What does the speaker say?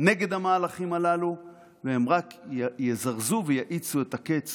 נגד המהלכים הללו, והם רק יזרזו ויאיצו את הקץ